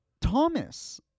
Thomas